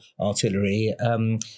artillery